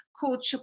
called